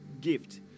gift